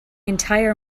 entire